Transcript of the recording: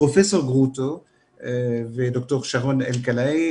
פרופ' גרוטו וד"ר שרון אלרעי,